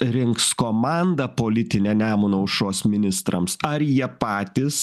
rinks komandą politinę nemuno aušros ministrams ar jie patys